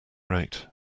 rate